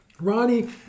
Ronnie